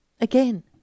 again